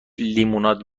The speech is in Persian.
لیموناد